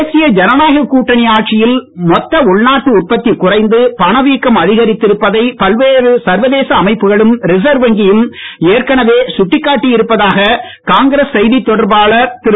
தேசிய ஜனநாயகக் கூட்டணி ஆட்சியில் மொத்த உள்நாட்டு உற்பத்தி குறைந்து பணவீக்கம் அதிகரித்திருப்பதை பல்வேறு சர்வதேச அமைப்புகளும் ரிசர்வ் வங்கியும் ஏற்கனவே சுட்டிக்காட்டி இருப்பதாக காங்கிரஸ் செய்தித் தொடர்பாளர் திரு